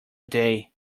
day